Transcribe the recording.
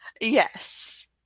yes